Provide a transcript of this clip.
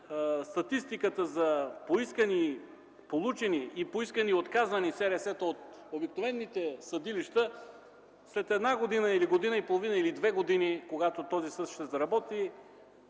статистиката за поискани-получени и поискани-отказани СРС-та от обикновените съдилища след година-година и половина-две години, когато този съд ще заработи,